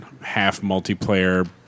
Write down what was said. half-multiplayer